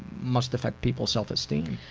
must affect people's' self-esteem.